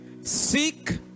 Seek